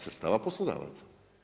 Sredstava poslodavaca.